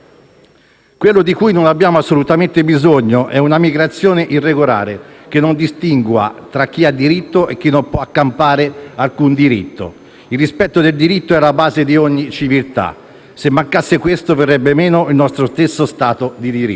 Quello di cui non abbiamo assolutamente bisogno è una migrazione irregolare che non distingua tra chi ha diritto e chi non può accampare alcun diritto. II rispetto del diritto è alla base di ogni civiltà; se mancasse questo, verrebbe meno il nostro stesso stato di diritto.